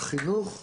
החינוך,